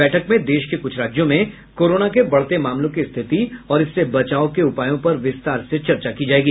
बैठक में देश के कुछ राज्यों में कोरोना के बढ़ते मामलों की स्थिति और इससे बचाव के उपायों पर विस्तार से चर्चा की जाएगी